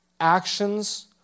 actions